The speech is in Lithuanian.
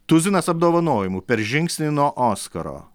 tuzinas apdovanojimų per žingsnį nuo oskaro